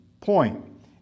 point